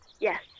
Yes